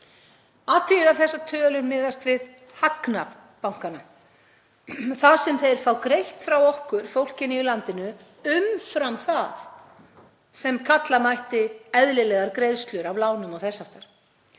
Athugið að þessar tölur miðast við hagnað bankanna, það sem þeir fá greitt frá okkur, fólkinu í landinu, umfram það sem kalla mætti eðlilegar greiðslur af lánum og þess